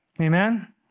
Amen